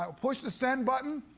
um push the send button.